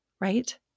Right